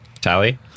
Tally